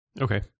Okay